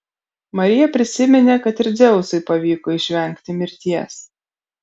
marija prisiminė kad ir dzeusui pavyko išvengti mirties